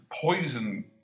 poison